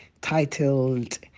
titled